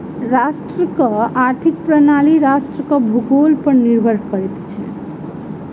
राष्ट्रक आर्थिक प्रणाली राष्ट्रक भूगोल पर निर्भर करैत अछि